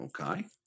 Okay